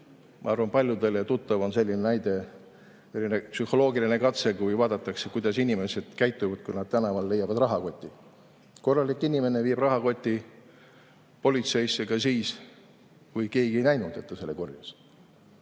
Ma arvan, et paljudele on tuttav selline näide, selline psühholoogiline katse, kus vaadatakse, kuidas inimesed käituvad, kui nad leiavad tänavalt rahakoti. Korralik inimene viib rahakoti politseisse ka siis, kui keegi ei näinud, et ta selle üles korjas.